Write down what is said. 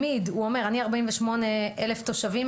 הוא אומר, היום יש 48 אלף תושבים,